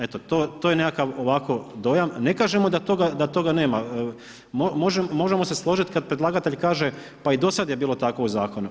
Eto, to je nekakav ovako dojam, ne kažem da toga nema, možemo se složiti kada predlagatelj kaže, pa i dosada je bilo tako u zakonu.